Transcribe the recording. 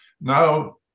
now